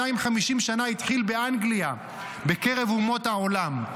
250 שנה התחיל באנגליה בקרב אומות העולם.